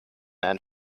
and